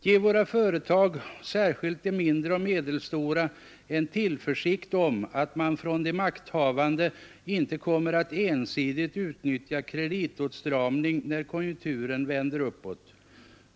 Ge våra företag — särskild de mindre och medelstora — en tillförsikt om att de makthavande inte kommer att ensidigt utnyttja kreditåtstramning när konjunkturen vänder uppåt.